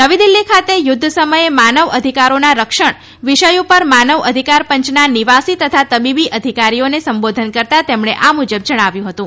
નવી દિલ્હી ખાતે યુદ્ધ સમયે માનવ અધિકારોના રક્ષણ વિષય પર માનવ અધિકાર પંચના નિવાસી તથા તબીબી અધિકારીઓને સંબોધન કરતાં તેમણે આ મુજબ જણાવ્યું હતું